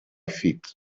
feet